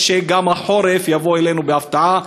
או שגם החורף יגיע אלינו בהפתעה?